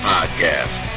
Podcast